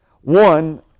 One